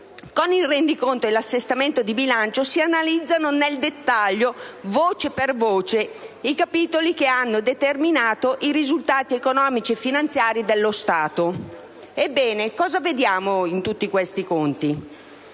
con il rendiconto e l'assestamento di bilancio si analizzano nel dettaglio voce per voce i capitoli che hanno determinato i risultati economici e finanziari dello Stato. Ebbene, cosa vediamo in tutti questi conti?